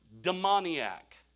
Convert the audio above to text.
demoniac